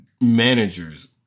Managers